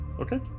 Okay